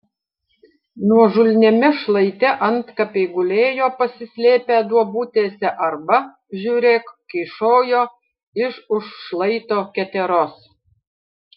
nuožulniame šlaite antkapiai gulėjo pasislėpę duobutėse arba žiūrėk kyšojo iš už šlaito keteros